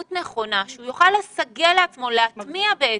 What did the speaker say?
דבר נוסף, תלמידי יא'-יב' בינואר,